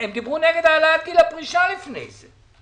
הן דיברו נגד העלאת גיל הפרישה לפני זה,